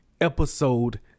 Episode